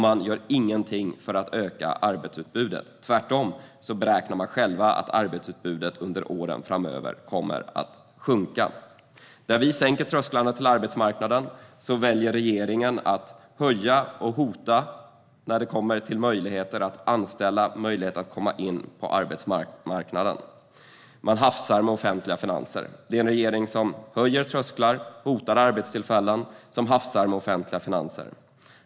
Man gör inte heller något för att öka arbetsutbudet. Tvärtom räknar regeringen själv med att arbetsutbudet kommer att sjunka under åren framöver. Där vi sänker trösklarna till arbetsmarknaden väljer regeringen att höja och hota när det kommer till möjligheter att anställa och att komma in på arbetsmarknaden. Regeringen höjer trösklar, hotar arbetstillfällen och hafsar med offentliga finanser.